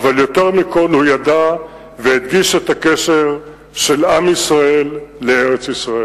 "אבל יותר מכול הוא ידע והדגיש את הקשר של עם ישראל לארץ-ישראל".